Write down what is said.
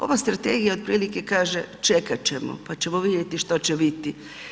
Ova strategija otprilike kaže čekat ćemo pa ćemo vidjeti što će biti.